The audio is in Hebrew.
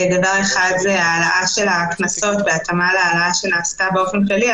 דבר אחד זה ההעלאה של הקנסות וההתאמה להעלאה שנעשתה באופן כללי,